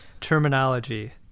terminology